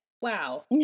Wow